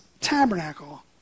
tabernacle